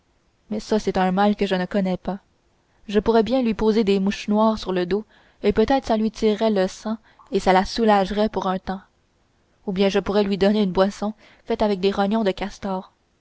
mais ça c'est un mal que je ne connais pas je pourrais bien lui poser des mouches noires sur le dos et peut-être ça lui tirerait le sang et que ça la soulagerait pour un temps ou bien je pourrais lui donner une boisson faite avec des rognons de castor